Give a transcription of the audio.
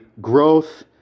growth